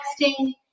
texting